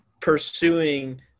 pursuing